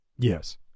Yes